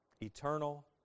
Eternal